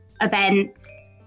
events